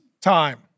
time